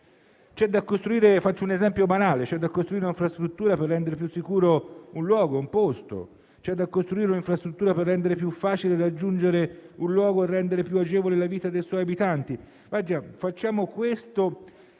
c'è da costruire una infrastruttura per rendere più sicuro un luogo o un'infrastruttura per rendere più facile raggiungere un luogo e rendere più agevole la vita dei suoi abitanti. Facciamo questo